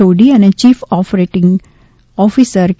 સોઢી અને chief operating officer કે